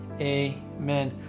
amen